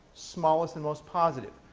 smallest and most positive.